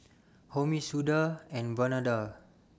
Homi Suda and Vandana